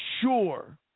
sure